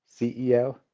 CEO